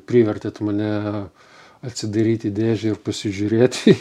privertėt mane atsidaryti dėžę ir pasižiūrėti